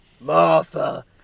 Martha